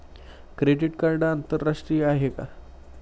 Credit card आंतरराष्ट्रीय आहे का?